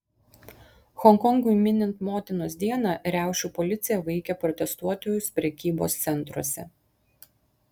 honkongui minint motinos dieną riaušių policija vaikė protestuotojus prekybos centruose